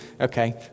okay